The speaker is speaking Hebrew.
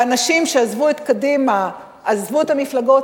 ואנשים שעזבו את קדימה עזבו את המפלגות,